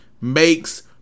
makes